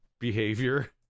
behavior